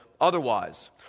otherwise